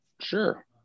Sure